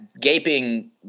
gaping